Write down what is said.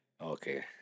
Okay